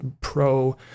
Pro